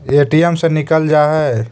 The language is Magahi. ए.टी.एम से निकल जा है?